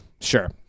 sure